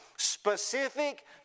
specific